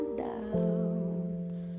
doubts